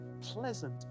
pleasant